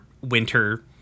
Winter